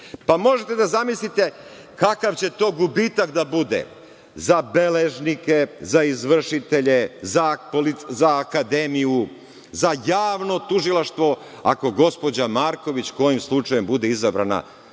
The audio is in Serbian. Možete da zamislite kakav će to gubitak da bude za beležnike, za izvršitelje, za akademiju, za javno tužilaštvo, ako gospođa Marković, kojim slučajem, bude izabrana